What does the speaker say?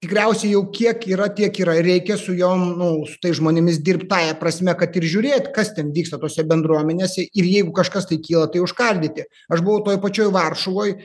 tikriausiai jau kiek yra tiek yra ir reikia su jom nu su tais žmonėmis dirbt tąja prasme kad ir žiūrėt kas ten vyksta tose bendruomenėse ir jeigu kažkas tai kyla tai užkardyti aš buvau toj pačioj varšuvoj